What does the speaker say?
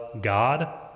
God